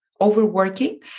overworking